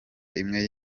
imwe